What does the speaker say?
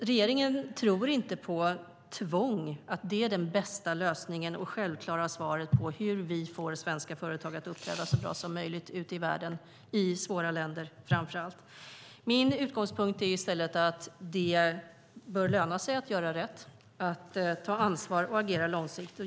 Regeringen tror inte på att tvång är den bästa lösningen eller det självklara svaret på hur vi får svenska företag att uppträda så bra som möjligt ute i världen framför allt i svåra länder. Det vill jag säga. Min utgångspunkt är i stället att det bör löna sig att göra rätt, att ta ansvar och agera långsiktigt.